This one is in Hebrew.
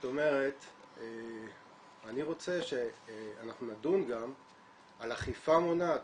אני רוצה שאנחנו נדון גם על אכיפה מונעת,